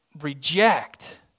reject